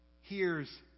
hears